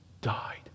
died